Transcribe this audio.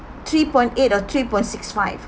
three point eight or three point six five